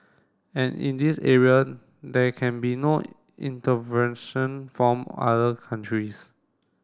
and in this area there can be no intervention from other countries